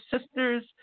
sisters